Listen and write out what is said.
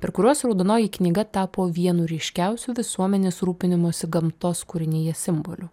per kuriuos raudonoji knyga tapo vienu ryškiausių visuomenės rūpinimosi gamtos kūrinija simboliu